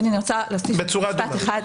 אדוני, אני רוצה להוסיף משפט אחד.